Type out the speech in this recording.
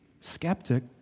skeptic